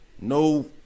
no